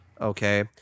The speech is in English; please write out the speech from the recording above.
Okay